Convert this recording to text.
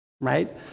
Right